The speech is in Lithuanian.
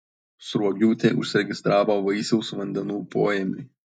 sruogiūtė užsiregistravo vaisiaus vandenų poėmiui